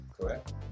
correct